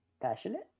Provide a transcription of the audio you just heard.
Passionate